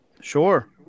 Sure